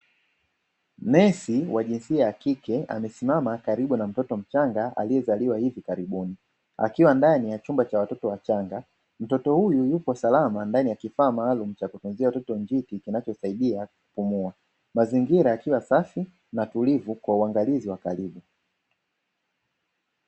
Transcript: Nesi wa jinsia ya kike amesimama karibu na mtoto mchanga aliyezaliwa hivi karibuni, akiwa ndani ya chumba cha watoto wachanga, mtoto huyu yupo salama ndani ya kifaa maalumu cha kutunzia watoto njiti kinachosaidia kupumua, mazingira yakiwa safi na tulivu kwa uangalizi wa karibu.